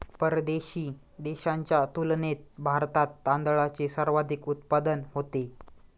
परदेशी देशांच्या तुलनेत भारतात तांदळाचे सर्वाधिक उत्पादन होते